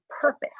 purpose